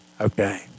Okay